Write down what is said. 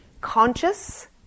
conscious